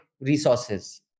resources